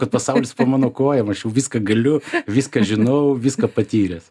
kad pasaulis mano kojom aš jau viską galiu viską žinau viską patyręs